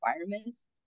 requirements